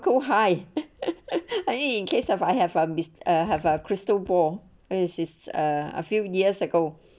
go hide i mean in case uh I have a have a crystal ball assists a few years ago